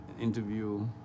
Interview